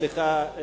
סליחה,